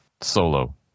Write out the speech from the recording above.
Solo